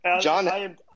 John –